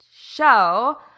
show